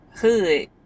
hood